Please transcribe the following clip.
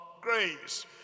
grace